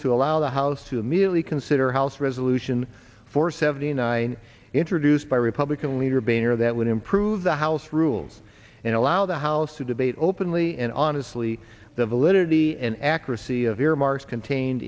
to allow the house to immediately consider house resolution four seventy nine introduced by republican leader boehner that would improve the house rules and allow the house to debate openly and honestly the validity and accuracy